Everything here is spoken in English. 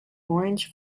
orange